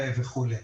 וכו'.